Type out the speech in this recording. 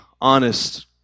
honest